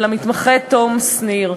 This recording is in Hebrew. ולמתמחה תום שניר.